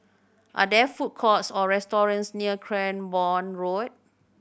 are there food courts or restaurants near Cranborne Road